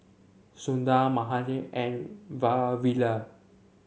Sundar Mahade and Vavilala